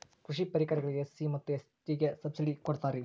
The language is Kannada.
ಕೃಷಿ ಪರಿಕರಗಳಿಗೆ ಎಸ್.ಸಿ ಮತ್ತು ಎಸ್.ಟಿ ಗೆ ಎಷ್ಟು ಸಬ್ಸಿಡಿ ಕೊಡುತ್ತಾರ್ರಿ?